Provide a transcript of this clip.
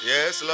Yes